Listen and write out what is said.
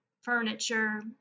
furniture